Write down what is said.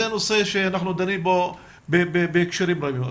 זה נושא שאנחנו דנים בו בהקשרים ---.